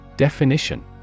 Definition